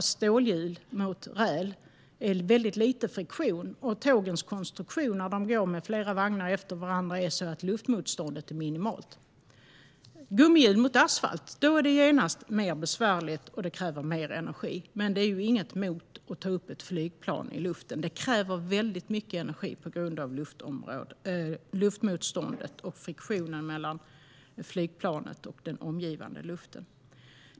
Stålhjul mot räl ger nämligen väldigt lite friktion, och tågens konstruktion när de går med flera vagnar efter varandra är sådan att luftmotståndet är minimalt. När det gäller gummihjul mot asfalt blir det genast mer besvärligt och kräver mer energi. Det är dock inget emot att ta upp ett flygplan i luften. Det kräver väldigt mycket energi på grund av luftmotståndet och friktionen mellan flygplanet och den omgivande luften.